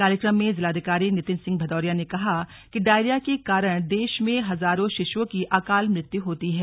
कार्यक्रम में जिलाधिकारी नितिन सिंह भदौरिया ने कहा कि डायरिया के कारण देश में हजारों शिशुओं की अकाल मृत्यु होती है